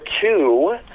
two